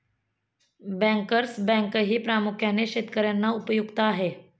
bankers बँकही प्रामुख्याने शेतकर्यांना उपयुक्त आहे